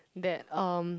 that um